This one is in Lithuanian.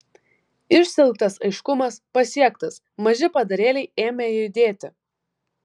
išsiilgtas aiškumas pasiektas maži padarėliai ėmė judėti